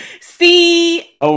See